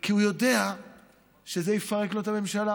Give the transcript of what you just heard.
כי הוא יודע שזה יפרק לו את הממשלה,